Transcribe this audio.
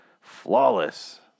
flawless